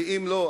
ואם לא,